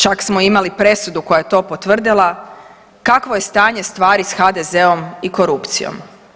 Čak smo imali presudu koja je to potvrdila kakvo je stanje stvari sa HDZ-om i korupcijom.